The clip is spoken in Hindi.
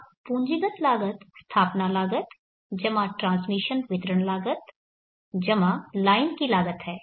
अब पूंजीगत लागत स्थापना लागत जमा ट्रांसमिशन वितरण लागत जमा लाइन की लागत है